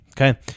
Okay